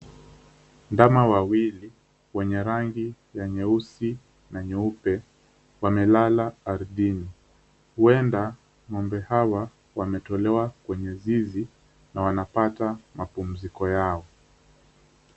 Ndama wawili wenye rangi ya nyeusi na nyeupe wamelala ardhini. Huenda ngombe hawa wametolewa kwenye zizi na wanapata pumziko yao.